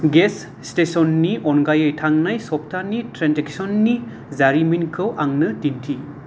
gas स्टेसननि अनगायै थांनाय सप्तानि ट्रेन्जेकसननि जारिमिनखौ आंनो दिन्थि